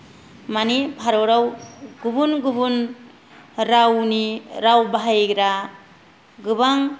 माने भारताव गुबुन गुबुन रावनि राव बाहायग्रा गोबां